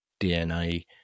DNA